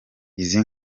izi